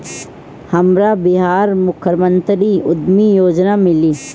हमरा बिहार मुख्यमंत्री उद्यमी योजना मिली?